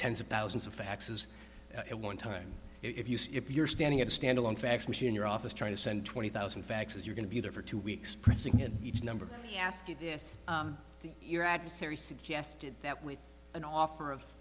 tens of thousands of faxes at one time if you if you're standing at a stand alone fax machine your office trying to send twenty thousand faxes you're going to be there for two weeks pressing in each number ask you this your adversary suggested that with an offer of